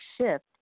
shift